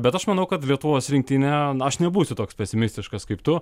bet aš manau kad lietuvos rinktinė aš nebūsiu toks pesimistiškas kaip tu